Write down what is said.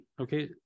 Okay